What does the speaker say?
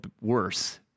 worse